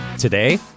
Today